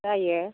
जायो